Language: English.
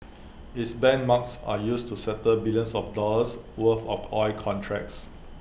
its benchmarks are used to settle billions of dollars worth of oil contracts